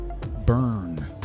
burn